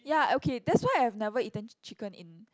ya okay that why I have never eaten chicken in